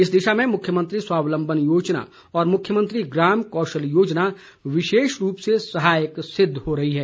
इस दिशा में मुख्यमंत्री स्वावलंबन योजना और मुख्यमंत्री ग्राम कौशल योजना विशेष रूप से सहायक सिद्ध हो रही है